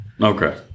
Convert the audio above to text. Okay